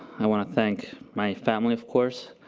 i want to thank my family, of course.